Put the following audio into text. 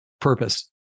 purpose